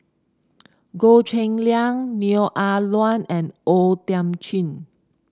Goh Cheng Liang Neo Ah Luan and O Thiam Chin